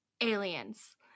aliens